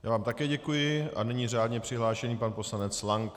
Já vám také děkuji a nyní řádně přihlášený pan poslanec Lank.